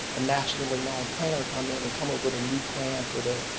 a nationally-known planner come in and come up with a new plan for the,